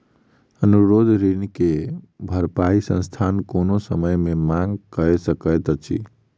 अनुरोध ऋण के भरपाई संस्थान कोनो समय मे मांग कय सकैत अछि